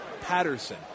Patterson